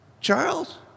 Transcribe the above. Charles